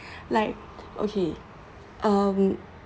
like okay um